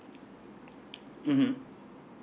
mmhmm